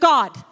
God